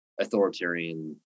authoritarian